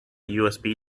usb